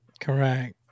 Correct